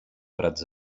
prats